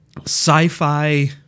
sci-fi